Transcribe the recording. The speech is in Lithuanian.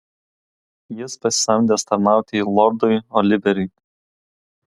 jis pasisamdęs tarnauti lordui oliveriui